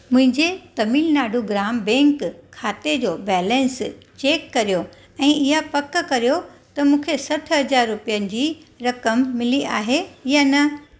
मुंहिंजे तमिलनाडु ग्राम बैंक खाते जो बैलेंस चेक करियो ऐं इहा पकु करियो त मूंखे सठ हज़ार रुपयनि जी रक़म मिली आहे या न